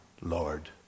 Lord